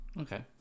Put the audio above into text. Okay